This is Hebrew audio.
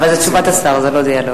אבל זה תשובת השר, זה לא דיאלוג.